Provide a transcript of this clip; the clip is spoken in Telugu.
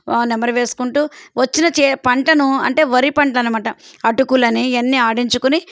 నెమరు వేసుకుంటూ వచ్చిన చే పంటను అంటే వరి పంటలు అన్నమాట అటుకులని ఇవన్నీ ఆడించుకొని